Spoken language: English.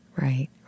Right